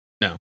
No